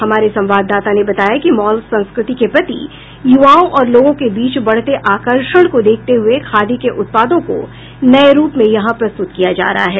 हमारे संवाददाता ने बताया कि मॉल संस्कृति के प्रति युवाओं और लोगों के बीच बढ़ते आकर्षण को देखते हुए खादी के उत्पादों को नये रुप में यहां प्रस्तुत किया जा रहा है